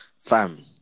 Fam